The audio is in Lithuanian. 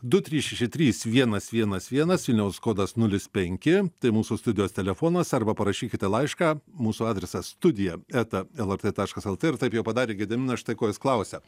du trys šeši trys vienas vienas vienas vilniaus kodas nulis penki tai mūsų studijos telefonas arba parašykite laišką mūsų adresas studija eta lrt taškas lt ir taip jau padarė gediminas štai ko jis klausia